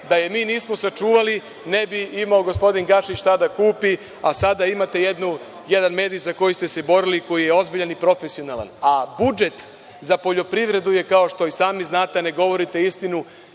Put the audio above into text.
da je mi nismo sačuvali, ne bi imao gospodin Gašić šta da kupi, a sada imate jedan mediji za koji ste se borili, koji je ozbiljan i profesionalan. Budžet za poljoprivredu je, kao što i sami znate, a ne govorite istinu,